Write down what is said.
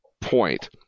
point